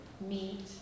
meet